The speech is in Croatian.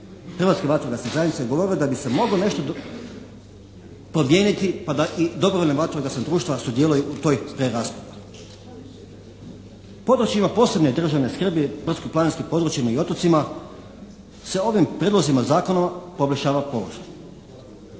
Hrvatske vatrogasne zajednice je govorio da bi se moglo nešto promijeniti pa da i dobrovoljna vatrogasna društva sudjeluju u toj preraspodjeli. Područjima od posebne državne skrbi, brdsko-planinskim područjima i otocima se ovim prijedlozima zakona poboljšava položaj.